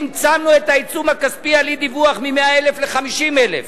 צמצמנו את העיצום הכספי על אי-דיווח מ-100,000 ל-50,000.